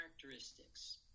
characteristics